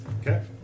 Okay